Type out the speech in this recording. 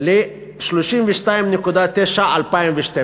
ל-32.9 ב-2012,